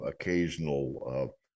occasional